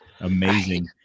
Amazing